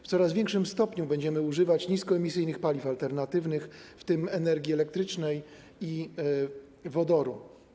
W coraz większym stopniu będziemy używać niskoemisyjnych paliw alternatywnych, w tym energii elektrycznej i wodoru.